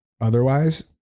otherwise